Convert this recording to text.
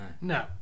No